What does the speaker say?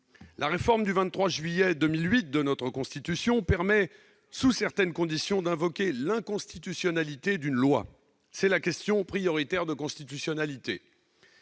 La réforme du 23 juillet 2008 de notre Constitution permet, sous certaines conditions, d'invoquer l'inconstitutionnalité d'une loi. C'est la question prioritaire de constitutionnalité.